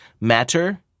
Matter